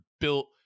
built